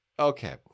Okay